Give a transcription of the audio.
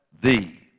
thee